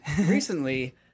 recently